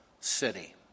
city